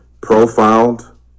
profiled